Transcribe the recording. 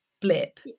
blip